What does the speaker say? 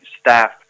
staff